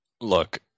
Look